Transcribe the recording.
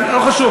לא חשוב,